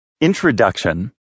Introduction